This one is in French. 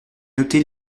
noté